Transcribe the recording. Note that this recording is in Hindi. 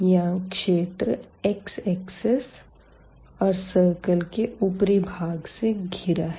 यहाँ क्षेत्र x axis और सर्किल के ऊपरी भाग से घिरा है